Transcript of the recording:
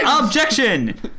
Objection